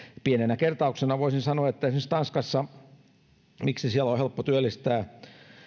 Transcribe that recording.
pienenä kertauksena voisin sanoa miksi esimerkiksi tanskassa on helppo työllistää